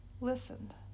Listened